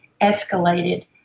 escalated